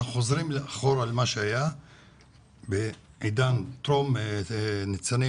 אנחנו חוזרים אחורה למה שהיה בעידן טרום ניצנים,